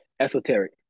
Esoteric